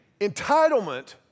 Entitlement